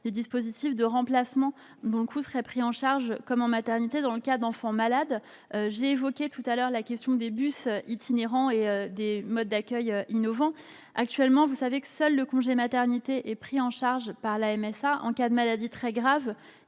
des dispositifs de remplacement, dont le coût serait pris en charge, comme pour les maternités, en cas d'enfant malade. J'ai évoqué tout à l'heure la question des bus itinérants et des modes d'accueil innovants. Actuellement, vous savez que seul le congé de maternité est pris en charge par la MSA. En cas de maladie très grave,